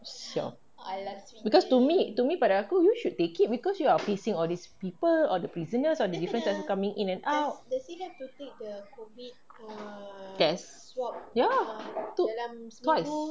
siao because to me to me pada aku you should take it because you are facing all these people all the prisoners all the visitors coming in and out test ya took twice